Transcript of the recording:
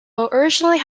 originally